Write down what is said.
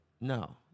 No